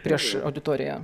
prieš auditoriją